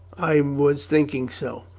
i was thinking so.